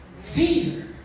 Fear